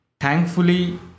Thankfully